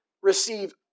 receive